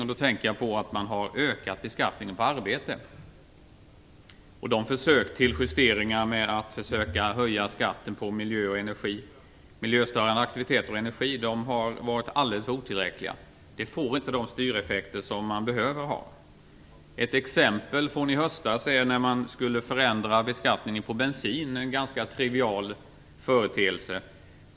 Jag tänker då på att beskattningen på arbete har ökat, medan försöken att höja skatten på miljöstörande aktiviteter och energi har varit alldeles otillräckliga. Vi har därför inte fått de styreffekter som behövs. I höstas skulle man t.ex. ändra beskattningen på bensin, en ganska trivial företeelse.